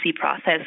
process